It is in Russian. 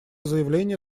заявление